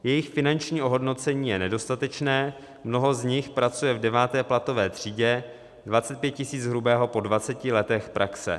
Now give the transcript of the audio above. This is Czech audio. Jejich finanční ohodnocení je nedostatečné, mnoho z nich pracuje v deváté platové třídě, 25 tisíc hrubého po dvaceti letech praxe.